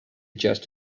adjust